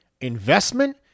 investment